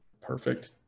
Perfect